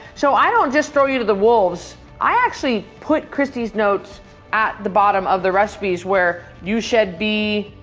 so i don't just throw you to the wolves. i actually put cristy's notes at the bottom of the recipes where you should be,